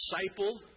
disciple